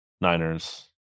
Niners